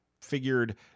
figured